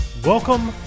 Welcome